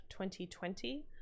2020